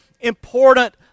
Important